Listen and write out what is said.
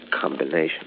combination